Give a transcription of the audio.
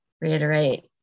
reiterate